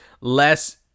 less